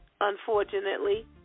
Unfortunately